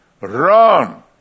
run